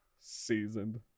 Seasoned